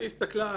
היא הסתכלה,